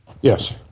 Yes